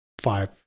five